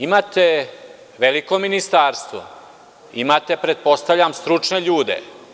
Imate veliko ministarstvo, imate, pretpostavljam, stručne ljude.